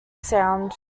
sound